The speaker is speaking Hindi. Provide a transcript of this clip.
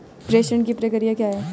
प्रेषण की प्रक्रिया क्या है?